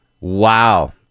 Wow